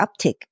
uptick